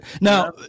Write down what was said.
Now